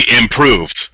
improved